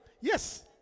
yes